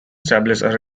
established